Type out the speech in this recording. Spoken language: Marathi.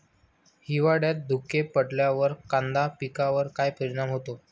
हिवाळ्यात धुके पडल्यावर कांदा पिकावर काय परिणाम होतो?